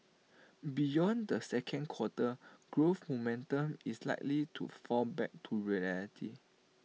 beyond the second quarter growth momentum is likely to fall back to reality